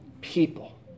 people